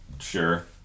Sure